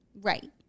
Right